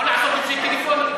בסדר, אבל הוא יושב-ראש הכנסת.